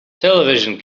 television